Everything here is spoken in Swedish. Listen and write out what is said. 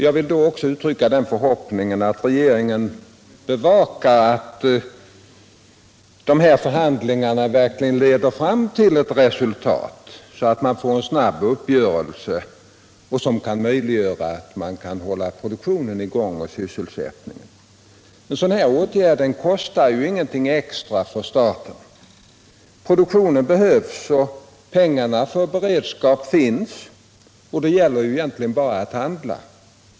Jag vill också uttrycka den förhoppningen att regeringen bevakar att förhandlingarna verkligen leder fram till ett resultat, så att man får en snabb uppgörelse som kan göra det möjligt att hålla produktionen och sysselsättningen i gång. En sådan här åtgärd kostar ju ingenting extra för staten. Produktionen behövs och pengarna för beredskap finns, och det gäller egentligen bara att handla.